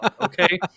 okay